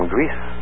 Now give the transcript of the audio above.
Greece